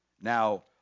Now